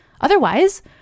Otherwise